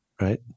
right